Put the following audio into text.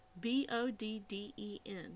B-O-D-D-E-N